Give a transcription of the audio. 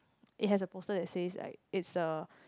is has a person that say like is the